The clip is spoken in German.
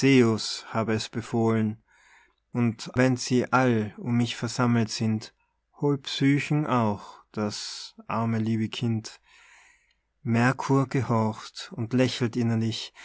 hab es befohlen und wenn sie all um mich versammelt sind hol psychen auch das arme liebe kind mercur gehorcht und lächelt